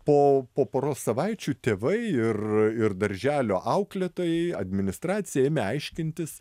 po po poros savaičių tėvai ir ir darželio auklėtojai administracija ėmė aiškintis